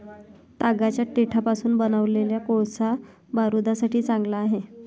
तागाच्या देठापासून बनवलेला कोळसा बारूदासाठी चांगला आहे